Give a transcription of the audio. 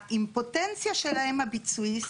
האימפוטנציה שלהם, הביצועיסטית,